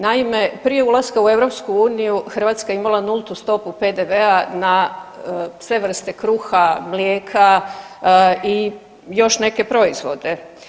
Naime, prije ulaska u EU Hrvatska je imala nultu stopu PDV-a na sve vrste kruha, mlijeka i još neke proizvode.